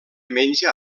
menja